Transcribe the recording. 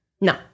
No